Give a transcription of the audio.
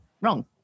wrong